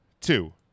two